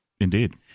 Indeed